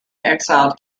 exiled